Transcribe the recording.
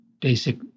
basic